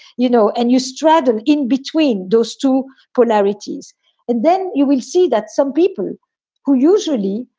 you know, and you straddle in between those two polarities and then you will see that some people who usually,